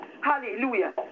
Hallelujah